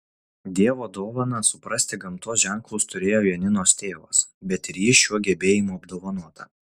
dievo dovaną suprasti gamtos ženklus turėjo janinos tėvas bet ir ji šiuo gebėjimu apdovanota